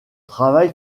travail